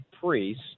priest